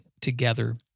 together